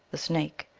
the snake,